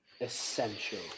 essential